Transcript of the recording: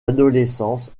adolescence